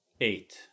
Eight